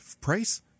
price